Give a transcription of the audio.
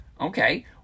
Okay